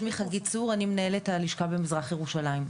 שמי חגית צור, אני מנהלת הלשכה במזרח ירושלים.